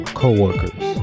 co-workers